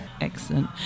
Excellent